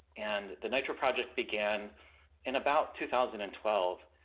and the nitro project began in about two thousand and twelve,